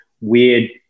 weird